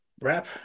wrap